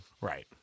right